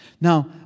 Now